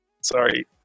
Sorry